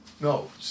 No